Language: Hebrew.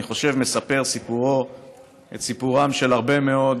אני חושב שסיפורו מספר את